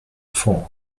flour